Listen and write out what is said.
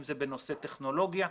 אם זה בנושא טכנולוגיה,